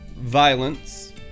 violence